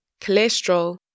cholesterol